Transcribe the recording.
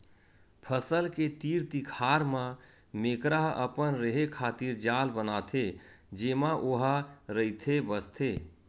फसल के तीर तिखार म मेकरा ह अपन रेहे खातिर जाल बनाथे जेमा ओहा रहिथे बसथे